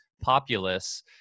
populace